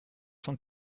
cent